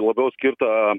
labiau skirta